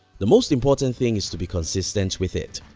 the most important thing is to be consistent with it.